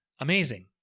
Amazing